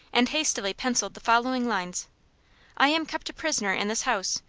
and hastily penciled the following lines i am kept a prisoner in this house.